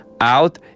Out